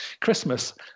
Christmas